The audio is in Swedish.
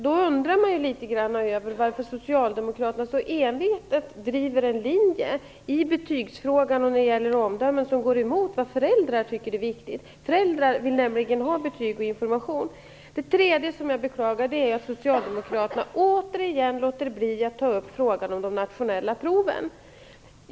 Då undrar man litet grand över varför Socialdemokraterna så envetet driver en linje i betygsfrågan och när det gäller omdömen som går emot vad föräldrar tycker är viktigt. Föräldrar vill nämligen ha betyg och information. Det tredje jag beklagar är att Socialdemokraterna återigen låter bli att ta upp frågan om de nationella proven.